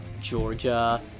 Georgia